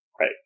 Right